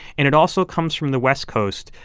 and it also comes from the west coast,